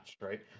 right